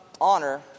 honor